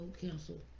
cancel